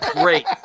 great